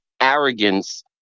arrogance